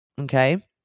Okay